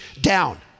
down